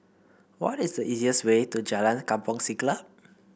what is the easiest way to Jalan Kampong Siglap